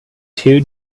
two